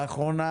לאחרונה,